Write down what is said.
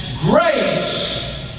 grace